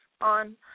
on